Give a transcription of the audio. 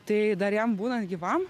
tai dar jam būnant gyvam